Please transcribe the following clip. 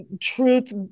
truth